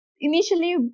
initially